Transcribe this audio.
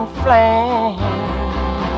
flame